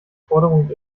forderungen